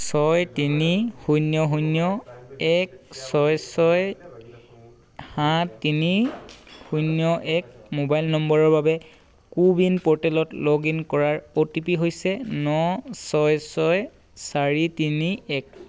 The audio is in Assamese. ছয় তিনি শূন্য শূন্য এক ছয় ছয় সাত তিনি শূন্য এক মোবাইল নম্বৰৰ বাবে কো ৱিন প'ৰ্টেলত লগ ইন কৰাৰ অ' টি পি হৈছে ন ছয় ছয় চাৰি তিনি এক